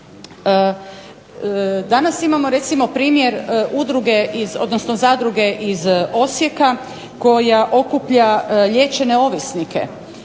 odnosno zadruge iz Osijeka, koja okuplja liječene ovisnike,